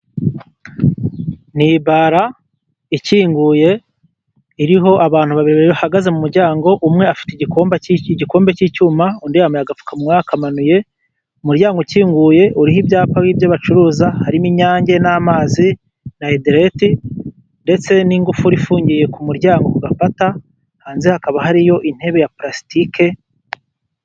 Ni ibara ikinguye iriho abantu babiri bahagaze muryango, umwe afite igikombe cy'icyuma, undi yambaye agapfukamunwa yakamanuye, mu muryango ukinguye uriho ibyapa by'ibyo bacuruza harimo inyange n'amazi na idereti, ndetse n'ingufu ifungiye ku muryango ugafatata hanze hakaba hariyo intebe ya plastike.